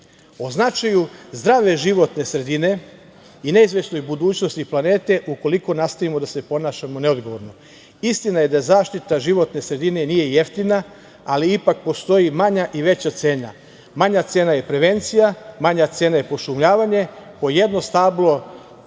značaju zdrave životne sredine i neizvesnoj budućnosti planete ukoliko nastavimo da se ponašamo neodgovorno. Istina je da zaštita životne sredine nije jeftina, ali ipak postoji manja i veća cena. Manja cena je prevencija, manja cena je pošumljavanje, po jedno stablo